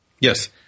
Yes